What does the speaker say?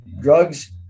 drugs